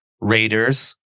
Raiders